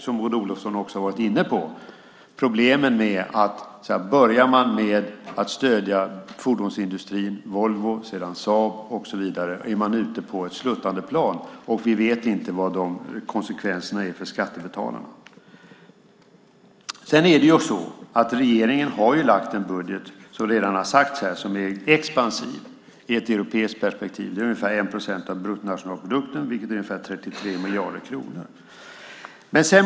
Som Maud Olofsson också har varit inne på: Problemet är att börjar man med att stödja fordonsindustrin, Volvo, sedan Saab och så vidare är man ute på ett sluttande plan, och vi vet inte vad konsekvenserna blir för skattebetalarna. Regeringen har, vilket redan har sagts här, lagt fram en budget som är expansiv i ett europeiskt perspektiv. Det är ungefär 1 procent av bruttonationalprodukten, alltså ungefär 33 miljarder kronor.